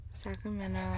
Sacramento